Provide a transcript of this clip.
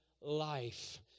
life